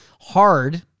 hard